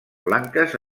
blanques